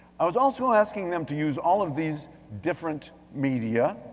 i was also asking them to use all of these different media.